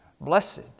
Blessed